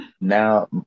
now